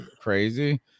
crazy